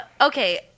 okay